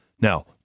Now